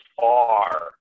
far